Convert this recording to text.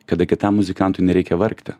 kada kitam muzikantui nereikia vargti